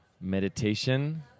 Meditation